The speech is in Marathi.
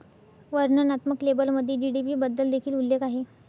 वर्णनात्मक लेबलमध्ये जी.डी.पी बद्दल देखील उल्लेख आहे